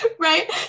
Right